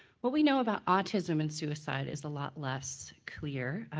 what we know about autism in suicide is a lot less clear,